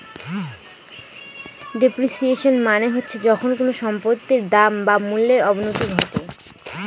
depreciation মানে হচ্ছে যখন কোনো সম্পত্তির দাম বা মূল্যর অবনতি ঘটে